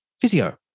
physio